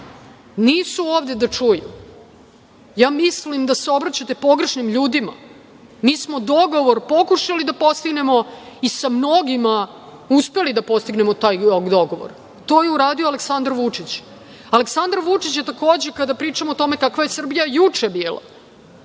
nisu ovde da čuju. Ja mislim da se obraćate pogrešnim ljudima. Mi smo dogovor pokušali da postignemo i sa mnogima uspeli da postignemo taj dogovor. To je uradio Aleksandar Vučić. Aleksandar Vučić je, takođe, kada pričamo o tome kakva je Srbija juče bila,